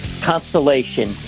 Constellation